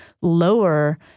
lower